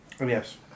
yes